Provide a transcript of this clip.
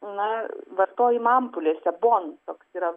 na vartojimą ampulėse bon toks yra